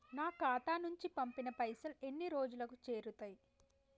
నా ఖాతా నుంచి పంపిన పైసలు ఎన్ని రోజులకు చేరుతయ్?